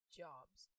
jobs